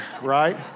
right